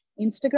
Instagram